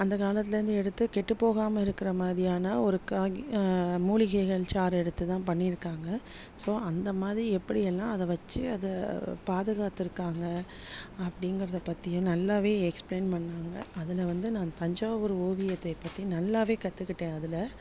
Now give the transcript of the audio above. அந்த காலத்துலேருந்து எடுத்து கெட்டுப் போகாமல் இருக்கிற மாதிரியான ஒரு காகி மூலிகைகள் சாறு எடுத்துதான் பண்ணியிருக்காங்க ஸோ அந்த மாதிரி எப்படி எல்லாம் அதை வைச்சு அதை பாதுகாத்து இருக்காங்க அப்படிங்கறத பற்றியும் நல்லாவே எக்ஸ்பிளைன் பண்ணாங்க அதில் வந்து நான் தஞ்சாவூர் ஓவியத்தை பற்றி நல்லாவே கற்றுக்கிட்டேன் அதில்